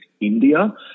India